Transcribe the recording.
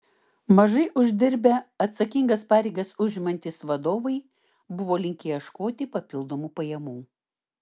mažai uždirbę atsakingas pareigas užimantys vadovai buvo linkę ieškoti papildomų pajamų